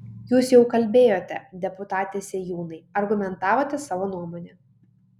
jūs jau kalbėjote deputate sėjūnai argumentavote savo nuomonę